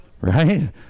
right